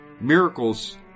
miracles